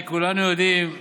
זה קודם כול תחושת הלב,